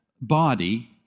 body